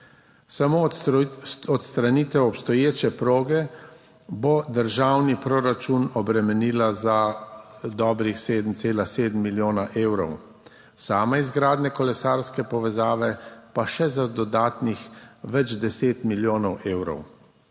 Samo odstranitev obstoječe proge bo državni proračun obremenila za dobrih 7,7 milijona evrov, sama izgradnja kolesarske povezave pa še za dodatnih več 10 milijonov evrov.